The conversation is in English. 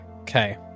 Okay